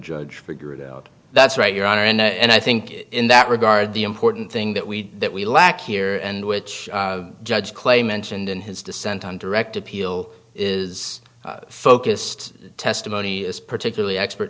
judge figure it out that's right your honor and i think in that regard the important thing that we that we lack here and which judge clay mentioned in his dissent on direct appeal is focused testimony is particularly expert